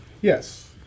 Yes